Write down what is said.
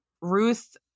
Ruth